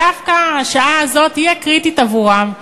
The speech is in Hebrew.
דווקא השעה הזאת היא הקריטית עבורם.